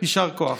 יישר כוח.